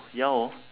ya hor